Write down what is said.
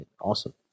Awesome